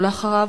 אחריו,